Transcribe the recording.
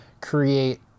create